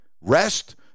Rest